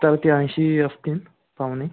तर त्या ऐंशी असतील पाहुणे